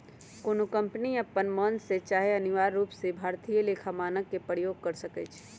कोनो कंपनी अप्पन मन से चाहे अनिवार्य रूप से भारतीय लेखा मानक के प्रयोग कर सकइ छै